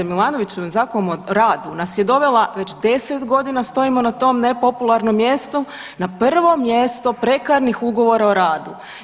Milanovićevim Zakonom o radu nas je dovela već 10.g. stojimo na tom nepopularnom mjestu na prvom mjestu prekarnih Ugovora o radu.